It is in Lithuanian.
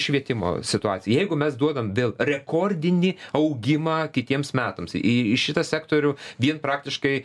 švietimo situaciją jeigu mes duodam vėl rekordinį augimą kitiems metams į į šitą sektorių vien praktiškai